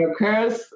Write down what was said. occurs